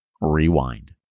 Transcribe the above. Rewind